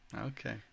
Okay